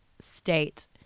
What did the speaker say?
state